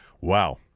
wow